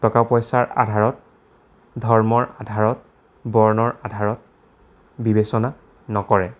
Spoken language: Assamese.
টকা পইচাৰ আধাৰত ধৰ্মৰ আধাৰত বৰ্ণৰ আধাৰত বিবেচনা নকৰে